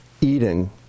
eating